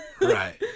right